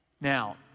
Now